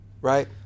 Right